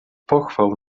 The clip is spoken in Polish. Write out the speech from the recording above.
pochwał